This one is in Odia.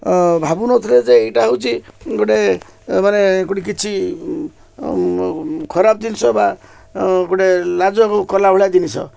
ଭାବୁନଥିଲେ ଯେ ଏଇଟା ହେଉଛି ଗୋଟେ ମାନେ ଗୋଟେ କିଛି ଖରାପ ଜିନିଷ ବା ଗୋଟେ ଲାଜ କଲା ଭଳିଆ ଜିନିଷ